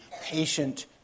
patient